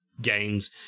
Games